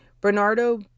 Bernardo